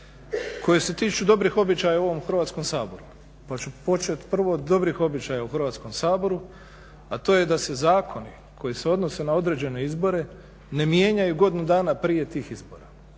koje se tiču dobrih običaja u ovom Hrvatskom saboru pa ću početi od dobrih običaja u Hrvatskom saboru, a to je da se zakoni koji se odnose na određene izbore ne mijenjaju godinu dana prije tih izbora.